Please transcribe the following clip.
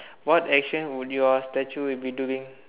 what action would your statue be doing